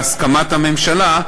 בהסכמת הממשלה,